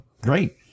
great